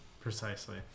Precisely